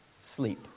Sleep